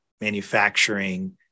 manufacturing